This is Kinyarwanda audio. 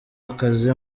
akazi